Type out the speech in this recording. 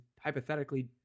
hypothetically